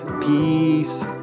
Peace